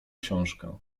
książkę